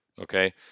Okay